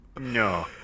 No